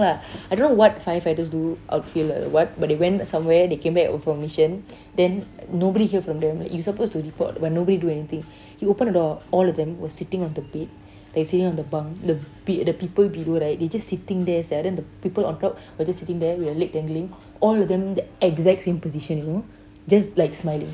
lah I don't know what firefighters do outfield or what but they went somewhere they came back with permission then nobody hear from them you supposed to report but nobody do anything he open the door all of them were sitting on the bed like sitting on the bunk the be~ the people below right they just sitting there sia then the people on top just sitting there with their leg dangling all of them exact same position you know just like smiling